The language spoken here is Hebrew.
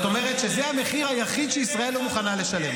אומרת שזה המחיר היחיד שישראל לא מוכנה לשלם.